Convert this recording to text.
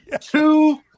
Two